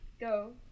go